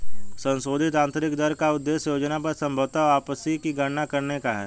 संशोधित आंतरिक दर का उद्देश्य योजना पर संभवत वापसी की गणना करने का है